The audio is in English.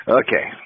okay